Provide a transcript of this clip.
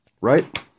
Right